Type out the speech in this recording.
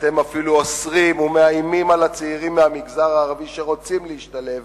אתם אפילו אוסרים ומאיימים על הצעירים מהמגזר הערבי שרוצים להשתלב